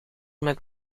met